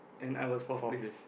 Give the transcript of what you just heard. and I was fourth place